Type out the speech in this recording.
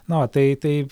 na va tai tai